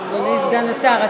סגן השר,